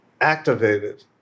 activated